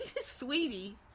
sweetie